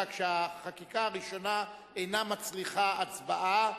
רק שהחקיקה הראשונה אינה מצריכה הצבעה.